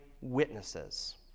witnesses